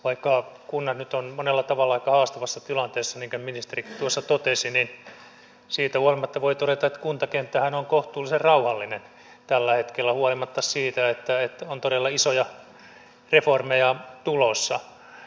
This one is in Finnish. vaikka kunnat nyt ovat monella tavalla aika haastavassa tilanteessa minkä ministerikin tuossa totesi niin siitä huolimatta voi todeta että kuntakenttähän on kohtuullisen rauhallinen tällä hetkellä huolimatta siitä että on todella isoja reformeja tulossa